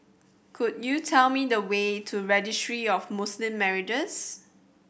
could you tell me the way to Registry of Muslim Marriages